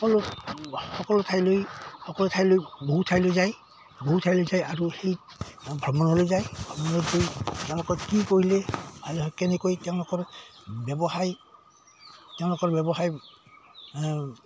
সকলো সকলো ঠাইলৈ সকলো ঠাইলৈ বহু ঠাইলৈ যায় বহু ঠাইলৈ যায় আৰু সেই ভ্ৰমণলৈ যায় ভ্ৰমণত গৈ কাৰ লগত কি কৰিলে আৰু কেনেকৈ তেওঁলোকৰ ব্যৱসায় তেওঁলোকৰ ব্যৱসায়